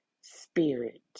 spirit